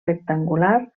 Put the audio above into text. rectangular